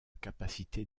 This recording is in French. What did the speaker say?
capacité